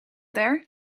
there